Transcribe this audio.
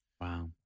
wow